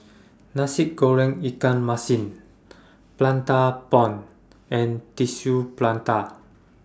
Nasi Goreng Ikan Masin Prata Bomb and Tissue Prata